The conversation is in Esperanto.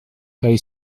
kaj